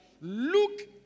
look